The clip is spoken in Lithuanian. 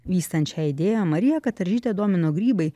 vystant šią idėją mariją kataržytę domino grybai